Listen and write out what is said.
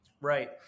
Right